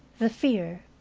the fear,